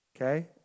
Okay